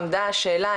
עמדה השאלה,